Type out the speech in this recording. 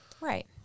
Right